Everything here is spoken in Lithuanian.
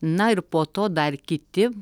na ir po to dar kiti